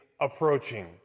approaching